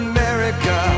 America